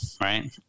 Right